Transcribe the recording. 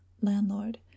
Landlord